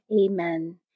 Amen